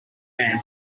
man